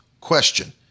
question